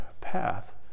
path